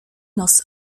nos